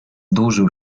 dłużył